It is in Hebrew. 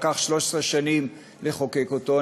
לקח 13 שנים לחוקק אותו.